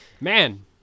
Man